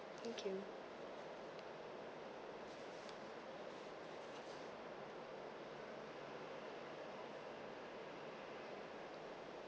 thank you